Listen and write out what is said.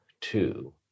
Two